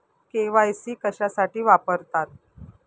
KYC कशासाठी वापरतात?